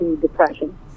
depression